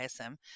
ISM